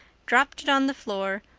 dropped it on the floor,